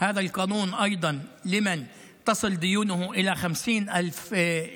רישיונות הנהיגה של אנשים שיש להם חוב בהוצאה לפועל.